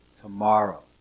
Tomorrow